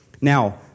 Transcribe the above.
Now